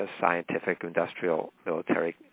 scientific-industrial-military